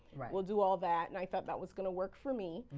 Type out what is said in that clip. we'll do all that. and i thought that was going to work for me.